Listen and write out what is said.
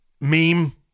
meme